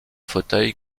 fauteuil